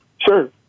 Sure